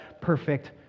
perfect